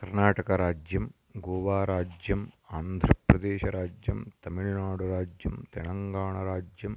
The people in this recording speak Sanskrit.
कर्नाटकराज्यम् गोवाराज्यम् आन्ध्रप्रदेशराज्यं तमिळ्नाडुराज्यं तेलङ्गाणराज्यम्